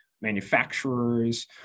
manufacturers